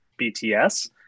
BTS